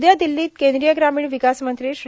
उद्या दिल्लीत केंद्रीय ग्रामीण विकास मंत्री श्री